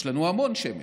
יש לנו המון שמש,